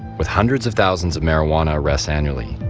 with hundreds of thousands of marijuana arrests annually,